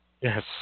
Yes